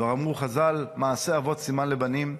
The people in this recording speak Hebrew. כבר אמרו חז"ל: מעשה אבות, סימן לבנים.